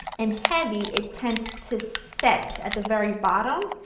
and heavy it tends to set at the very bottom.